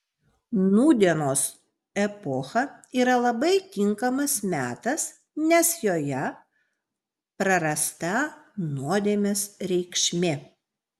nūdienos epocha yra labai tinkamas metas nes joje prarasta nuodėmės reikšmė